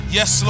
Yes